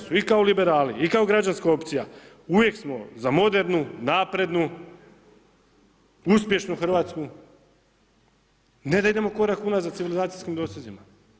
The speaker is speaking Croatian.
Mi u HNS-u i kao liberali i kao građanska opcija uvijek smo za modernu, naprednu, uspješnu Hrvatsku, ne da idemo korak unazad u civilizacijskim dosezima.